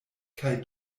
kaj